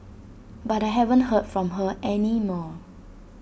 but I haven't heard from her any more